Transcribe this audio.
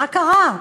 מה קרה?